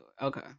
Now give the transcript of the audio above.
okay